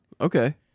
Okay